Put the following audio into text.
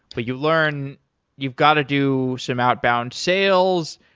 but you learn you've got to do some outbound sales.